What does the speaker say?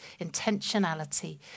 intentionality